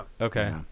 Okay